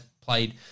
played